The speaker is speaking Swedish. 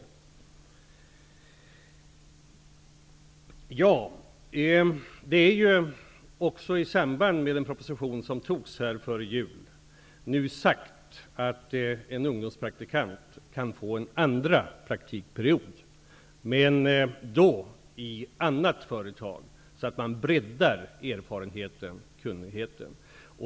Det har också i samband med den proposition som antogs före jul sagts att en ungdomspraktikant kan få en andra praktikperiod, men då i annat företag, så att man breddar erfarenheten och kunnigheten.